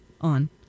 on